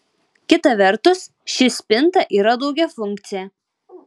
kita vertus ši spinta yra daugiafunkcė